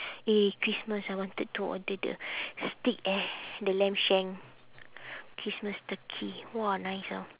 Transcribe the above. eh christmas I wanted to order the steak eh the lamb shank christmas turkey !wah! nice ah